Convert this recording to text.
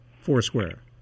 Foursquare